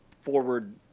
forward